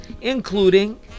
including